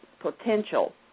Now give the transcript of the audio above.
potential